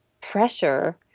pressure